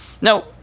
Now